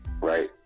right